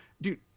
dude